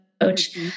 coach